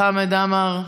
חמד עמאר,